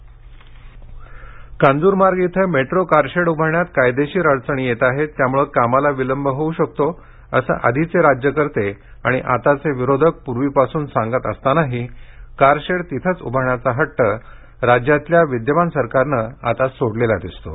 कांजर car shed Kanjurmarg येथे metro car shed उभारण्यात कायदेशीर अडचणी आहेत त्यामुळे कामाला विलंब होऊ शकतो असे आधीचे राज्यकर्ते आणि आताचे विरोधक पूर्वीपासून सांगत असतानाही कारशेड तिथेच उभारण्याचा हट्ट राज्यातल्या विद्यमान सरकारने आता सोडलेला दिसतो